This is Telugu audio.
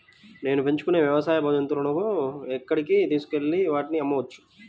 నేను పెంచుకొనే వ్యవసాయ జంతువులను ఎక్కడికి తీసుకొనివెళ్ళి వాటిని అమ్మవచ్చు?